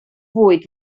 fwyd